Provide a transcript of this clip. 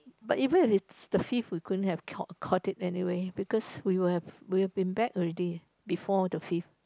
but even if it's the fifth we couldn't have caught it anyway because we would have we would have been back already before the fifth